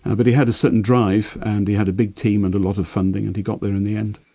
ah but he had a certain drive and he had a big team and a lot of funding and he got there in the end.